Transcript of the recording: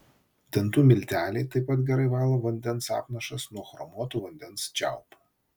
dantų milteliai taip pat gerai valo vandens apnašas nuo chromuotų vandens čiaupų